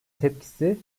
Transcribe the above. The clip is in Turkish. tepkisi